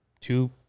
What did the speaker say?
two